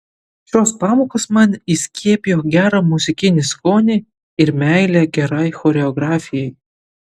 šios pamokos man įskiepijo gerą muzikinį skonį ir meilę gerai choreografijai